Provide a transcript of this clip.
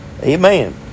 Amen